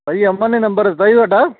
ਭਾਅ ਜੀ ਅਮਨ ਨੇ ਨੰਬਰ ਦਿੱਤਾ ਸੀ ਤੁਹਾਡਾ